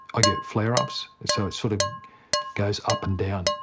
i get flare-ups, so it sort of goes up and down,